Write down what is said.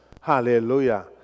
Hallelujah